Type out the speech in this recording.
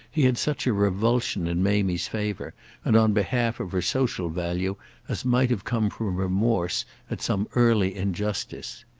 he had such a revulsion in mamie's favour and on behalf of her social value as might have come from remorse at some early injustice.